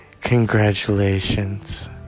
congratulations